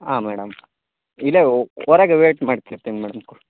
ಹಾಂ ಮೇಡಮ್ ಇಲ್ಲೆ ಹೊರಗೆ ವೇಯ್ಟ್ ಮಾಡ್ತಿರ್ತಿನಿ ಮೇಡಮ್ ಕೊ